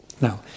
Now